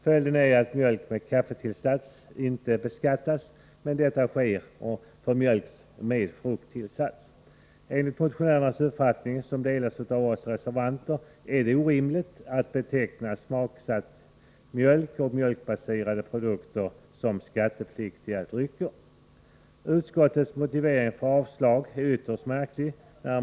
Följden blir att mjölk med kaffetillsats inte beskattas, medan beskattning sker för mjölk med t.ex. frukttillsats. Enligt motionärernas uppfattning, som delas av oss reservanter, är det orimligt att beteckna smaksatt mjölk och mjölkbaserade produkter som skattepliktiga drycker. Utskottets motivering för ett avstyrkande av motionen är ytterst märklig.